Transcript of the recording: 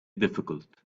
difficult